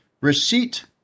receipt